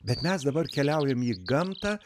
bet mes dabar keliaujam į gamtą